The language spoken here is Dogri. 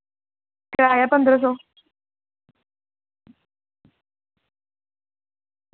होना पंदरां सौ